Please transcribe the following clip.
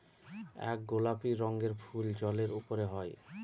এক গোলাপি রঙের ফুল জলের উপরে হয়